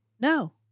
No